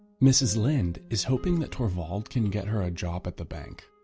mrs linde is hoping that torvald can get her a job at the bank.